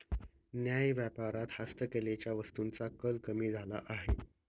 न्याय्य व्यापारात हस्तकलेच्या वस्तूंचा कल कमी झाला आहे